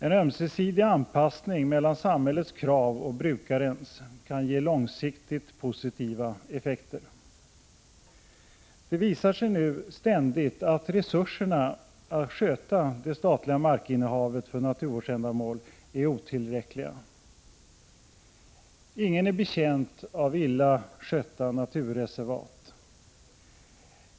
En ömsesidig anpassning mellan samhällets krav och brukarens kan ge långsiktigt positiva effekter. Det visar sig ständigt att resurserna för att sköta det statliga innehavet av mark för naturvårdsändamål är otillräckliga. Ingen är betjänt av illa skötta naturreservat.